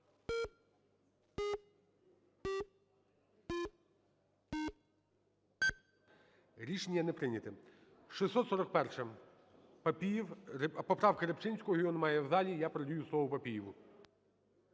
Рішення не прийнято. 641-а. Папієв. Поправка Рибчинського, його немає в залі, я передаю слово Папієву.